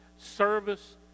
service